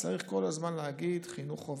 צריך כל הזמן להגיד: חינוך חובה,